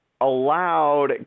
allowed